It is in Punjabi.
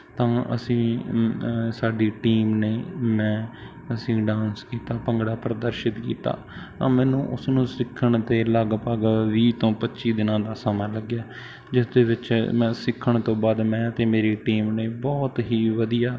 ਤਾਂ ਅਸੀਂ ਸਾਡੀ ਟੀਮ ਨੇ ਮੈਂ ਅਸੀਂ ਡਾਂਸ ਕੀਤਾ ਭੰਗੜਾ ਪ੍ਰਦਰਸ਼ਿਤ ਕੀਤਾ ਤਾਂ ਮੈਨੂੰ ਉਸ ਨੂੰ ਸਿੱਖਣ 'ਤੇ ਲਗਭਗ ਵੀਹ ਤੋਂ ਪੱਚੀ ਦਿਨਾਂ ਦਾ ਸਮਾਂ ਲੱਗਿਆ ਜਿਸ ਦੇ ਵਿੱਚ ਮੈਂ ਸਿੱਖਣ ਤੋਂ ਬਾਅਦ ਮੈਂ ਅਤੇ ਮੇਰੀ ਟੀਮ ਨੇ ਬਹੁਤ ਹੀ ਵਧੀਆ